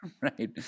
right